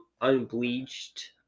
unbleached